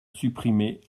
supprimé